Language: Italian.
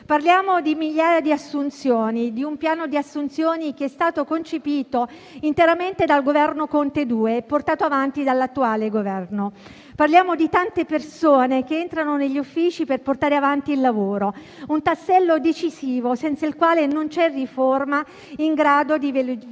Parliamo di migliaia di assunzioni, un piano di assunzioni che è stato concepito interamente dal Governo Conte 2 e portato avanti dall'attuale Governo. Parliamo di tante persone che entrano negli uffici per portare avanti il lavoro: un tassello decisivo, senza il quale non c'è riforma in grado di velocizzare